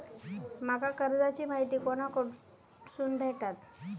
माका कर्जाची माहिती कोणाकडसून भेटात?